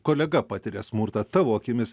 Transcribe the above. kolega patiria smurtą tavo akimis